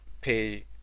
pay